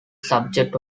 subject